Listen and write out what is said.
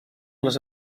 les